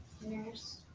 Nurse